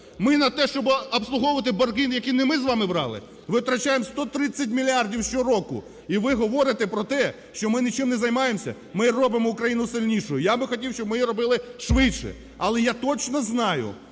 Ми на те, щоб обслуговувати борги, які не ми з вами брали, витрачаємо 130 мільярдів щороку. І ви говорите про те, що ми нічим не займаємося. Ми робимо Україну сильнішою. Я би хотів, щоб ми її робили швидше. Але я точно знаю,